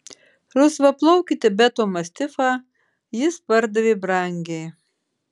rusvaplaukį tibeto mastifą jis pardavė brangiai